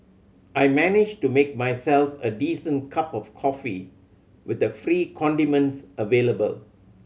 I managed to make myself a decent cup of coffee with the free condiments available